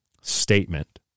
statement